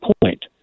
point